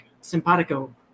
simpatico